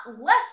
less